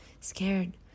scared